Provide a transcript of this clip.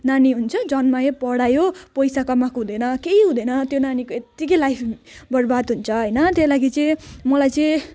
नानी हुन्छ जन्मायो पढायो पैसा कमाएको हुँदैन केही हुँदैन त्यो नानीको यत्तिकै लाइफ बर्बाद हुन्छ होइन त्यही लागि चाहिँ मलाई चाहिँ